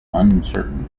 uncertain